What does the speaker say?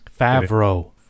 Favreau